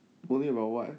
moaning about what